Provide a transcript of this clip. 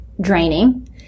draining